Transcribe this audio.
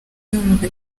yumva